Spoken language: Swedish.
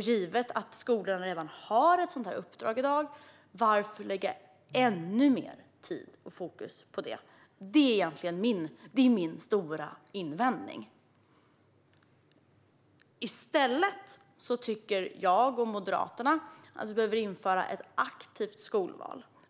Givet att skolorna i dag redan har ett sådant uppdrag, varför lägga ännu mer tid och fokus på det? Detta är min stora invändning. I stället tycker jag och Moderaterna att vi behöver införa ett aktivt skolval.